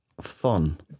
fun